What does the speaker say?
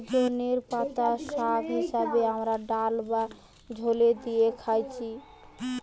সজনের পাতা শাগ হিসাবে আমরা ডাল বা ঝোলে দিয়ে খাচ্ছি